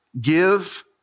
give